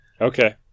Okay